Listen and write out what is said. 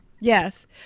Yes